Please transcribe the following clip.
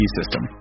system